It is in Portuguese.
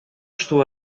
estou